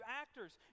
actors